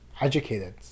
educated